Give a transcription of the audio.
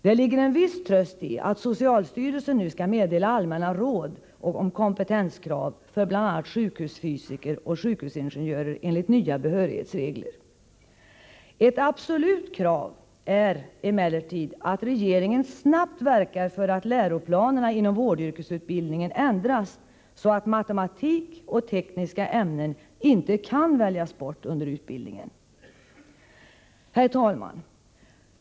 Det ligger en viss tröst i att socialstyrelsen nu skall meddela allmänna råd om kompetenskrav för bl.a. sjukhusfysiker och sjukhusingenjörer enligt nya behörighetsregler. Ett absolut krav är emellertid att regeringen snabbt verkar för att läroplanerna inom vårdyrkesutbildningen ändras så att matematik och tekniska ämnen inte kan väljas bort under utbildningen. Herr talman!